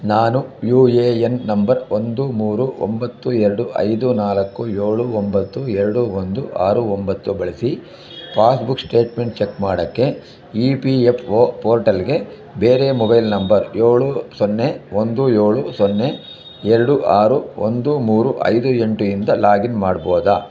ನಾನು U A N number ಒಂದು ಮೂರು ಒಂಬತ್ತು ಎರಡು ಐದು ನಾಲ್ಕು ಏಳು ಒಂಬತ್ತು ಎರಡು ಒಂದು ಆರು ಒಂಬತ್ತು ಬಳಸಿ ಪಾಸ್ ಬುಕ್ ಸ್ಟೇಟ್ಮೆಂಟ್ ಚಕ್ ಮಾಡೋಕ್ಕೆ ಇ ಪಿ ಎಪ್ ಪೋರ್ಟಲ್ಗೆ ಬೇರೆ ಮೊಬೈಲ್ ನಂಬರ್ ಏಳು ಸೊನ್ನೆ ಒಂದು ಏಳು ಸೊನ್ನೆ ಎರಡು ಆರು ಒಂದು ಮೂರು ಐದು ಎಂಟು ಇಂದ ಲಾಗಿನ್ ಮಾಡ್ಬಹುದ